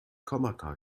kommata